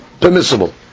permissible